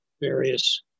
various